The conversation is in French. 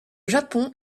japon